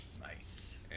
Nice